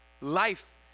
life